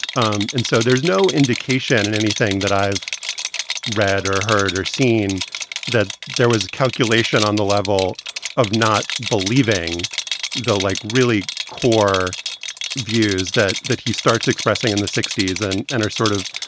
um and so there's no indication in anything that i've read or heard or seen that there was a calculation on the level of not believing the like really core views that that he starts expressing in the sixty s and and, ah, sort of,